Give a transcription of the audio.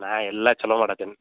ನಾ ಎಲ್ಲ ಛಲೋ ಮಾಡದಿನಿ